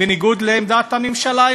בניגוד לעמדת הממשלה,